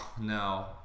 no